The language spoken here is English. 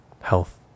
health